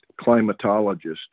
climatologist